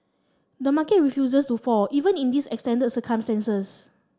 the market refuses to fall even in these extended circumstances